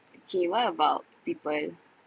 okay what about people